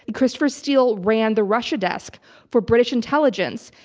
christopher steele ran the russia desk for british intelligence.